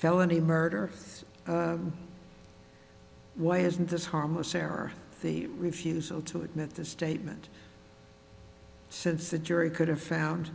felony murder why isn't this harmless error the refusal to admit this statement since the jury could have found